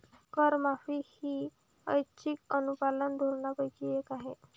करमाफी ही ऐच्छिक अनुपालन धोरणांपैकी एक आहे